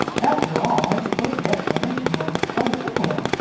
after all, i suppose the explanation was quite a simple one,